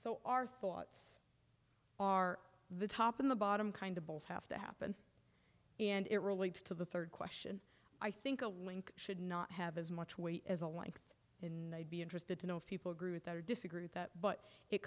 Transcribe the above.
so our thoughts are the top and the bottom kind of both have to happen and it relates to the third question i think a link should not have as much weight as a life in be interested to know if people agree with that or disagree with that but it